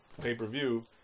pay-per-view